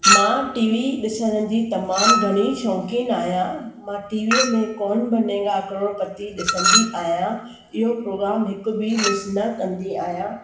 मां टीवी ॾिसण जी तमामु घणी शौक़ीन आहियां मां टीवीअ में कौन बनेगा करोड़पति ॾिसंदी आहियां इहो प्रोग्राम हिकु बि मिस न कंदी आहियां